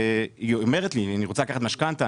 והיא אומרת לי אני רוצה לקחת משכנתה,